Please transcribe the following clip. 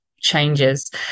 changes